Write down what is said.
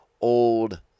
old